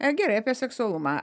gerai apie seksualumą